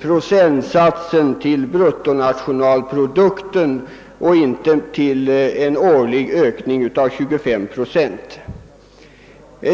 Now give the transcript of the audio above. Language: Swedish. procentsatsen skall bindas till bruttonationalprodukten och inte till tidigare års anslag, som är fallet om anslaget årligen skall ökas med ca 25 procent.